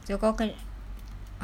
so kau kena uh